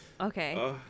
Okay